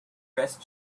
best